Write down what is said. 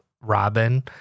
Robin